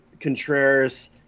Contreras